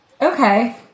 Okay